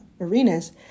arenas